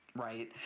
right